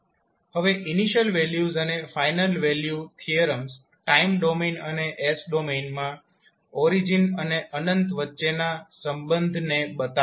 હવે initial values અને final value theorems time domain અને s ડોમેનમાં ઓરિજીન અને અનંત વચ્ચેના સંબંધને બતાવે છે